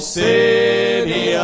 city